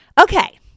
Okay